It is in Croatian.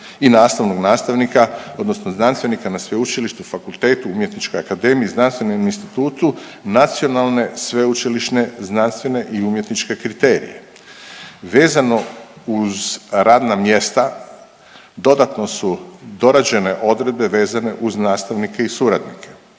i nastavnog nastavnika odnosno znanstvenika na sveučilištu, fakultetu, umjetničkoj akademiji, znanstvenom institutu nacionalne sveučilišne znanstvene i umjetničke kriterije. Vezano uz radna mjesta dodatno su dorađene odredbe vezane uz nastavnike i suradnike.